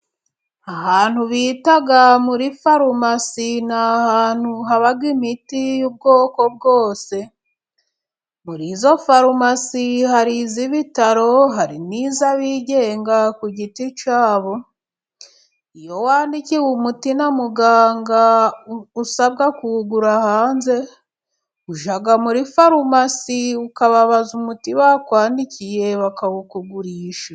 Ahantu bita muri farumasi haba imiti y'ubwoko bwose, muri iyo farumasi hari iz'ibitaro, hari n' iz'abigenga ku giti cyabo, iyo wandikiwe umuti na muganga usabwa kuwugura hanze, ujya muri farumasi ukababaza umuti bakwandikiye, bakawukugurisha.